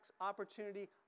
opportunity